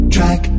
Track